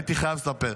הייתי חייב לספר.